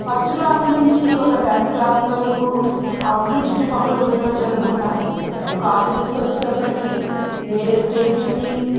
first class నుంచి ఒక tenth class వరకు ఆ ఉన్న చుట్టుపక్కల ఊళ్ళలో చదువుకున్న అదే కాలేజెస్కి వచ్చేటప్పటికి వేరే స్టేట్లకి